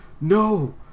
No